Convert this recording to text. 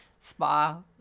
spa